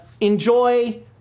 enjoy